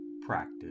practice